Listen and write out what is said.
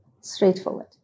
straightforward